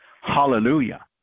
Hallelujah